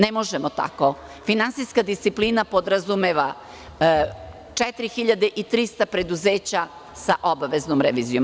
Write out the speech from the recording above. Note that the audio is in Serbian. Ne možemo tako, finansijska disciplina podrazumeva 4.300 preduzeća sa obaveznom revizijom.